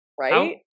right